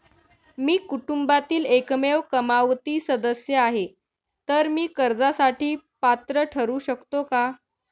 मी कुटुंबातील एकमेव कमावती सदस्य आहे, तर मी कर्जासाठी पात्र ठरु शकतो का?